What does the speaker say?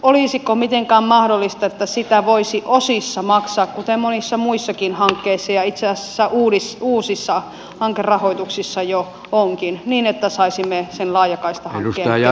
olisiko mitenkään mahdollista että sitä voisi osissa maksaa kuten monissa muissakin hankkeissa ja itse asiassa uusissa hankerahoituksissa jo onkin niin että saisimme sen laajakaistahankkeen keski suomessakin etenemään